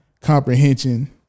comprehension